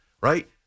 right